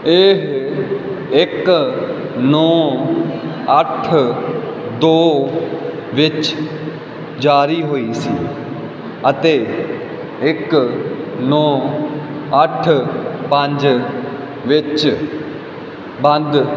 ਇਹ ਇੱਕ ਨੌਂ ਅੱਠ ਦੋ ਵਿੱਚ ਜਾਰੀ ਹੋਈ ਸੀ ਅਤੇ ਇੱਕ ਨੌਂ ਅੱਠ ਪੰਜ ਵਿੱਚ ਬੰਦ